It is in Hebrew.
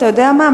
אתה יודע מה,